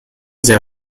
sehr